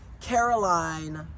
Caroline